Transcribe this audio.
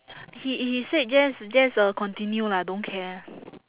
he he said just just uh continue lah don't care